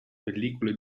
pellicole